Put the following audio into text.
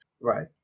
Right